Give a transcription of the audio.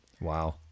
Wow